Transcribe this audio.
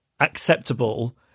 acceptable